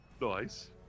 Nice